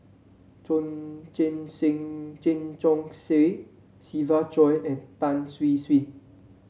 Chen Chong Swee Siva Choy and Tan Siew Sin